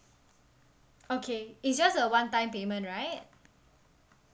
okay it's just a one time payment right